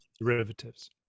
derivatives